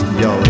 yo